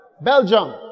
Belgium